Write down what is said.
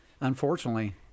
unfortunately